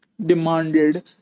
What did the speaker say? Demanded